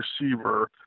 receiver